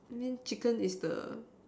I mean chicken is the